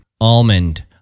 Almond